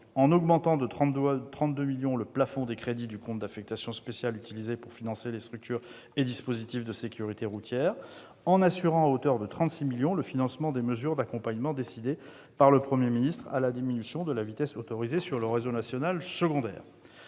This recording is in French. augmenterons de 32 millions d'euros le plafond des crédits du compte d'affectation spéciale utilisé pour financer les structures et dispositifs de sécurité routière, et nous assurerons à hauteur de 36 millions d'euros le financement des mesures d'accompagnement, décidées par le Premier ministre, à la diminution de la vitesse autorisée sur le réseau national secondaire.